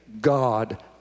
God